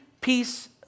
peace